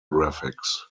graphics